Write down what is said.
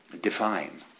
define